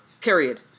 Period